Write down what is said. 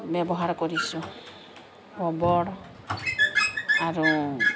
ব্যৱহাৰ কৰিছোঁ গোবৰ আৰু